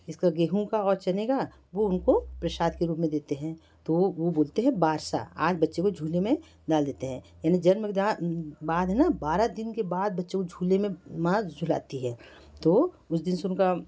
इसका गेहूँ का और चने का वो उनको प्रसाद के रूप में देते हैं तो वो बोलते हैं बारसा आज बच्चे को झूले में डाल देते हैं यानी जन्म जहाँ बाद है ना बारह दिन के बाद बच्चे को झूले में माँ झुलाती है तो उस दिन से उनका